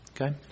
Okay